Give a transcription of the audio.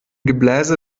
gebläse